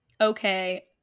okay